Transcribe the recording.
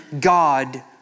God